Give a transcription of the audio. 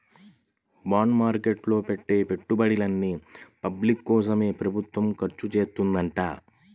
bond market లో పెట్టే పెట్టుబడుల్ని పబ్లిక్ కోసమే ప్రభుత్వం ఖర్చుచేత్తదంట